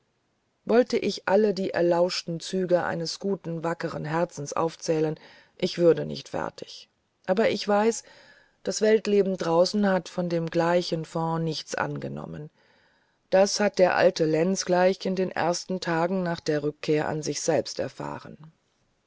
wollte ich alle die erlauschten züge eines guten wackeren herzens aufzählen ich würde nicht fertig und ich weiß das weltleben draußen hat von dem reichen fonds nichts genommen das hat der alte lenz gleich in den ersten tagen nach der rückkehr an sich selbst erfahren